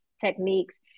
techniques